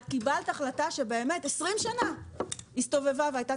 את קיבלת החלטה ש-20 שנה הסתובבה והייתה